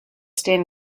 stan